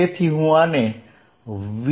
તેથી આ હું આને v